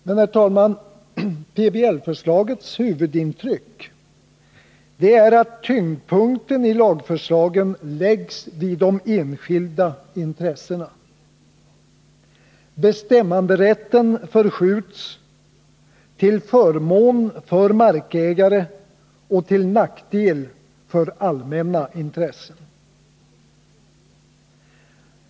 Men, herr talman, det huvudintryck som PBL-förslaget ger, det är att tyngdpunkten i lagförslagen läggs vid de enskilda intressena. Bestämmanderätten förskjuts till förmån för markägare och till nackdel för allmänna intressen.